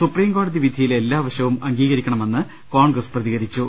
സുപ്രീംകോടതി വിധിയിലെ എല്ലാവശവും അംഗീകരിക്കണമെന്ന് കോൺഗ്രസ് പ്രതികരിച്ചു